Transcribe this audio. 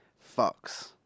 Fox